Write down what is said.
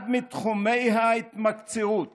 אחד מתחומי ההתמקצעות